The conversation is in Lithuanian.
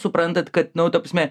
suprantat kad nu ta prasme